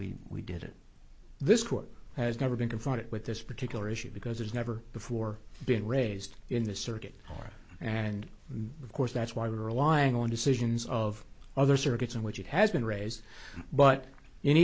we we did it this court has never been confronted with this particular issue because there's never before been raised in the circuit and of course that's why they're relying on decisions of other circuits in which it has been raised but in